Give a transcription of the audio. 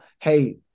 hey